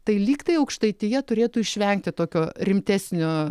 tai lygtai aukštaitija turėtų išvengti tokio rimtesnio